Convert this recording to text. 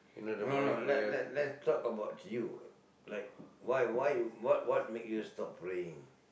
no no let let let's talk about you like why why what what made you stop praying